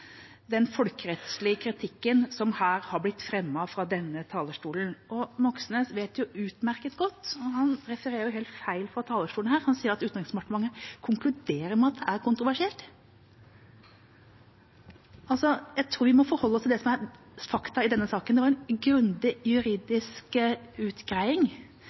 den folkerettslige kritikken som her har blitt fremmet fra denne talerstolen. Moxnes refererer jo helt feil fra talerstolen, for han sier at Utenriksdepartementet konkluderer med at det er kontroversielt. Jeg tror vi må forholde oss til det som er fakta i denne saken. Det var en grundig juridisk utgreiing,